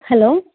hello